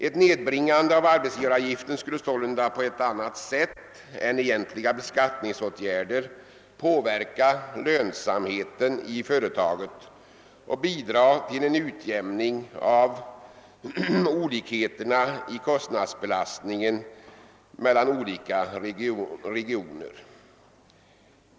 Ett nedbringande av arbetsgivaravgiften skulle därför på annat sätt än egentliga beskattningsåtgärder påverka lönsamheten i företaget och bidra till en utjämning av olikheterna i kostnadsbelastningen mellan olika regioner.